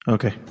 Okay